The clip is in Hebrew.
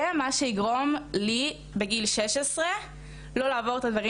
זה מה שיגרום לי בגיל שש עשרה לא לעבור את הדברים